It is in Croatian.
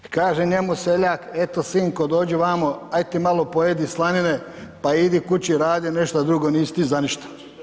I kaže njemu seljak, eto sinko, dođi vamo, ajde ti malo pojedi slanine, pa idi kući, radi nešto drugo, nisi ti za ništa.